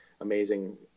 amazing